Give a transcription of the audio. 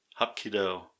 Hapkido